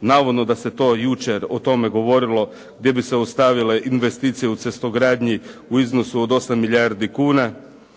navodno da se to jučer o tome govorilo gdje bi se ostavile investicije u cestogradnji u iznosu od 8 milijardi kuna,